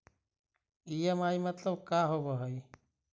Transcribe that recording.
EMI मतलब का होब हइ?